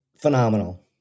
Phenomenal